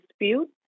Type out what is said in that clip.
dispute